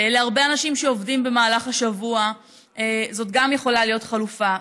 להרבה אנשים שעובדים במהלך השבוע זאת יכולה להיות חלופה.